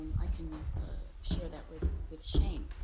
um i can share that with with shane.